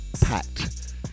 packed